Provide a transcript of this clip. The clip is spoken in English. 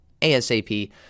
ASAP